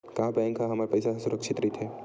का बैंक म हमर पईसा ह सुरक्षित राइथे?